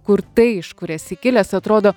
kur tai iš kur esi kilęs atrodo